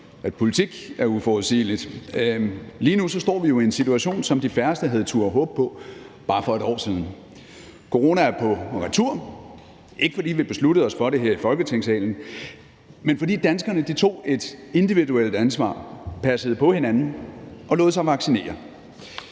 at politik er uforudsigeligt. Lige nu står vi jo i en situation, som de færreste havde turdet håbe på bare for et år siden. Corona er på retur, ikke fordi vi besluttede os for det her i Folketingssalen, men fordi danskerne tog et individuelt ansvar, passede på hinanden og lod sig vaccinere.